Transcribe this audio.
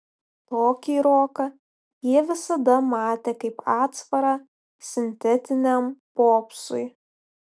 tokį roką jie visada matė kaip atsvarą sintetiniam popsui